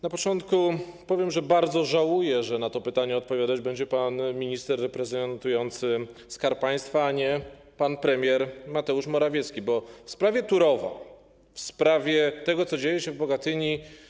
Na początku powiem, że bardzo żałuję, że na to pytanie odpowiadać będzie pan minister reprezentujący Skarb Państwa, a nie pan premier Mateusz Morawiecki, bo w sprawie Turowa, w sprawie tego, co dzieje się w Bogatyni.